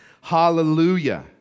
Hallelujah